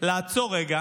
לעצור רגע